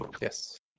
Yes